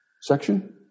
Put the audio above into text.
section